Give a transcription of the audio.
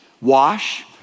wash